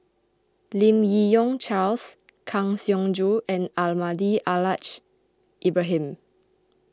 Lim Yi Yong Charles Kang Siong Joo and Almahdi Al Haj Ibrahim